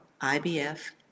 IBF